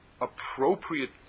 appropriate